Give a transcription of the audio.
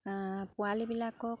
পোৱালিবিলাকক